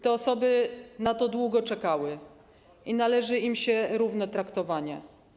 Te osoby na to długo czekały i należy im się równe traktowanie.